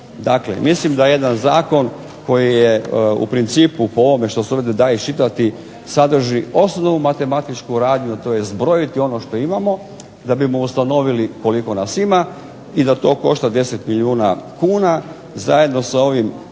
Dakle, mislim da jedan zakon koji je u principu po ovome što se ovdje da iščitati sadrži osnovnu matematičku radnju, a to je zbrojiti ono što imamo da bismo ustanovili koliko nas ima i da to košta 10 milijuna kuna zajedno sa ovim